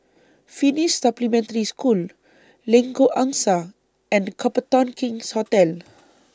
Finnish Supplementary School Lengkok Angsa and Copthorne King's Hotel